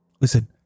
Listen